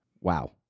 Wow